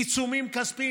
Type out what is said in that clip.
עיצומים כספיים.